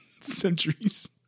centuries